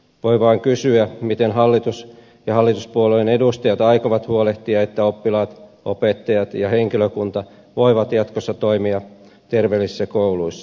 voi vain kysyä miten hallitus ja hallituspuolueiden edustajat aikovat huolehtia että oppilaat opettajat ja henkilökunta voivat jatkossa toimia terveellisissä kouluissa